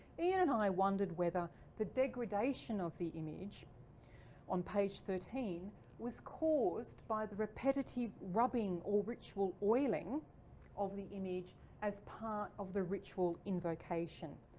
ian and i wondered whether the degradation of the image on page thirteen was caused by the repetitive rubbing or ritual oiling of the image as part of the ritual invocation.